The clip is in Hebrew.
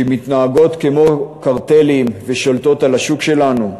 שמתנהגות כמו קרטלים ושולטות על השוק שלנו.